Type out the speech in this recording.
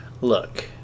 Look